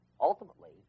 ultimately